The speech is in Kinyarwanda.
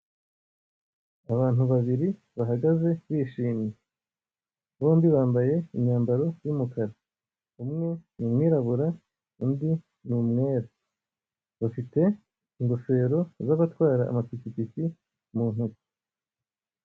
Abantu babiri bahagaze bishimye bombi bambaye imyambaro y'umukara, umwe ni umwirabura undi ni umwera. Bafite ingofero zo gutwara amapikipiki mu ntoki.